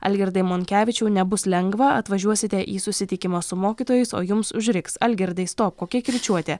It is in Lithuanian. algirdai monkevičiau nebus lengva atvažiuosite į susitikimą su mokytojais o jums užriks algirdai stop kokia kirčiuotė